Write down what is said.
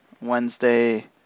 Wednesday